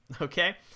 okay